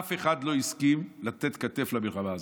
אף אחד לא הסכים לתת כתף במלחמה הזאת.